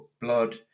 blood